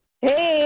Hey